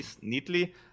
neatly